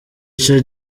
icyo